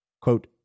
quote